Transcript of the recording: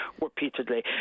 repeatedly